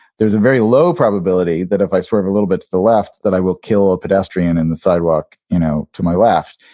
there's a very low probability that if i swerve a little bit to the left that i will kill a pedestrian in the sidewalk you know to my left.